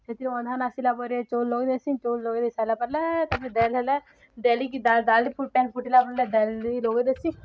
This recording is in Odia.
ସେଥିରେ ଆସିଲା ପରେ ଚୋଲ ଲଗେଦେସି ଚୋଲ ଲଗାଇ ଦେଇ ସାରିଲା ପରେ ତା'ପରେ ଦେଲ ହେଲେ ଲଗାଇ ଦେସି